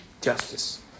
justice